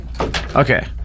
Okay